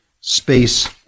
space